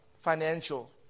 financial